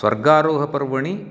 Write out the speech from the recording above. स्वार्गारोहपर्वणि